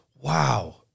Wow